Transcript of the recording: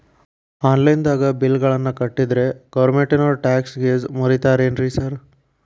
Online ದಾಗ bill ಗಳನ್ನಾ ಕಟ್ಟದ್ರೆ ಗೋರ್ಮೆಂಟಿನೋರ್ ಟ್ಯಾಕ್ಸ್ ಗೇಸ್ ಮುರೇತಾರೆನ್ರಿ ಸಾರ್?